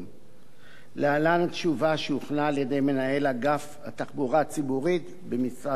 להלן התשובה שהוכנה על-ידי מנהל אגף התחבורה הציבורית במשרד התחבורה: